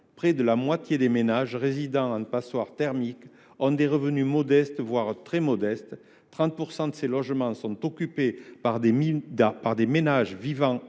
près de la moitié des ménages résidant en passoire thermique a des revenus modestes, voire très modestes – 37 % de ces logements sont occupés par des ménages vivant